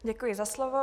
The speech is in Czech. Děkuji za slovo.